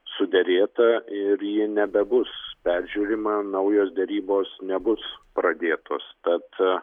suderėta ir ji nebebus peržiūrima naujos derybos nebus pradėtos bet